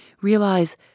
realize